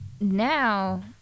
now